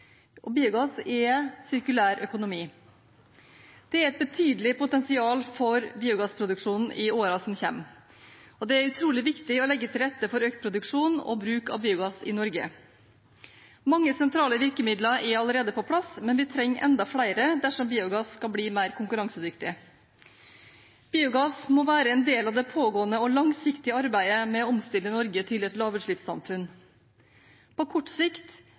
og biogass er sirkulær økonomi. Det er et betydelig potensial for biogassproduksjon i årene som kommer, og det er utrolig viktig å legge til rette for økt produksjon og bruk av biogass i Norge. Mange sentrale virkemidler er allerede på plass, men vi trenger enda flere dersom biogass skal bli mer konkurransedyktig. Biogass må være en del av det pågående og langsiktige arbeidet med å omstille Norge til et lavutslippssamfunn. På kort sikt